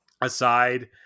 aside